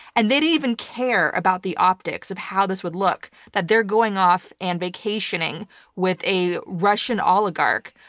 and they they even care about the optics of how this would look, that they're going off and vacationing with a russian oligarch,